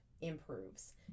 improves